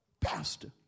pastor